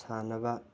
ꯁꯥꯟꯅꯕ